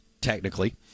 technically